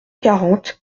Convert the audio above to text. quarante